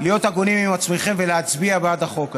להיות הגונים עם עצמכם ולהצביע בעד החוק הזה.